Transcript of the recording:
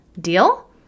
Deal